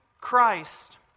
Christ